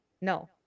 No